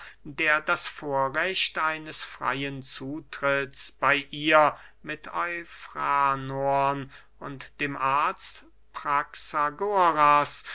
der das vorrecht eines freyen zutritts bey ihr mit eufranorn und dem